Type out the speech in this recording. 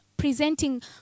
presenting